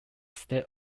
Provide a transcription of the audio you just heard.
state